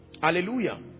hallelujah